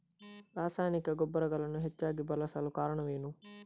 ರಾಸಾಯನಿಕ ಗೊಬ್ಬರಗಳನ್ನು ಹೆಚ್ಚಾಗಿ ಬಳಸಲು ಕಾರಣವೇನು?